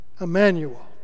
Emmanuel